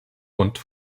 und